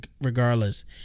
regardless